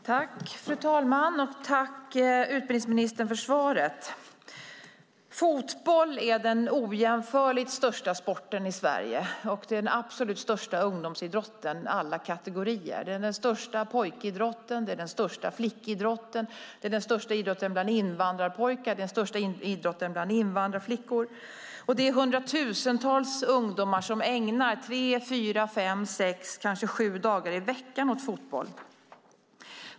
Fru talman! Jag tackar utbildningsministern för svaret. Fotboll är den ojämförligt största sporten i Sverige och den absolut största ungdomsidrotten alla kategorier. Det är den största pojkidrotten och den största flickidrotten. Det är den största idrotten bland både invandrarpojkar och invandrarflickor. Det är hundratusentals ungdomar som ägnar tre, fyra, fem, sex, kanske sju dagar i veckan åt fotbollen.